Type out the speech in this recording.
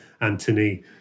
Anthony